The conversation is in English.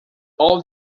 all